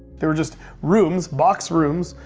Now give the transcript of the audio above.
there were just rooms, box rooms,